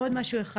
עוד משהו אחד.